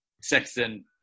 Sexton